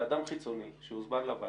אדם חיצוני שהוזמן לוועדה,